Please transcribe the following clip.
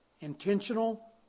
intentional